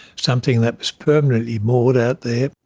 something that was permanently moored out there.